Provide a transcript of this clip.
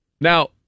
Now